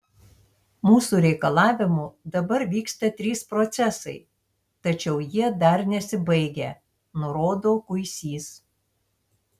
mūsų reikalavimu dabar vyksta trys procesai tačiau jie dar nesibaigę nurodo kuisys